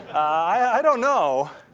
i don't know.